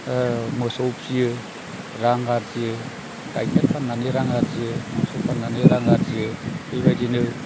मोसौ फियो रां आरजियो गायखेर फाननानै रां आरजियो मोसौ फाननानै रां आरजियो बेबायदिनो